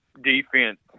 defense